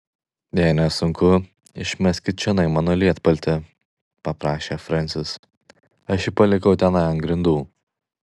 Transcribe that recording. jei nesunku išmeskit čionai mano lietpaltį paprašė frensis aš jį palikau tenai ant grindų